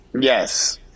Yes